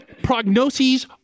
prognoses